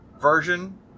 version